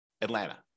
Atlanta